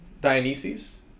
Dionysus